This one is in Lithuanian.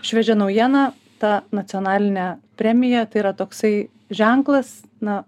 šviežia naujiena ta nacionalinė premija tai yra toksai ženklas na